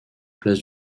place